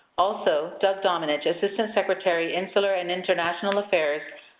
also, doug domenech, assistant secretary, insular and international affairs,